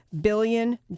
billion